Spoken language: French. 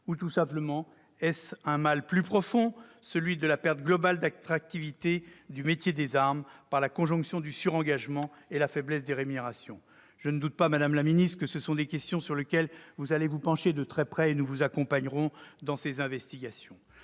Ou, tout simplement, est-ce un mal plus profond, celui de la perte globale d'attractivité du métier des armes par la conjonction du surengagement et de la faiblesse des rémunérations ? Je ne doute pas, madame la ministre, que ce sont des questions sur lesquelles vous allez vous pencher de très près. Nous vous accompagnerons dans ces investigations.